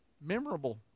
memorable